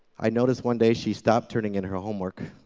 i noticed one day, she stopped turning in her homework.